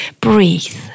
breathe